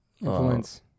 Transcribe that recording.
influence